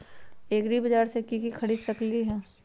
एग्रीबाजार से हम की की खरीद सकलियै ह?